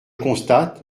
constate